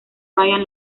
ryan